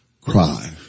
cry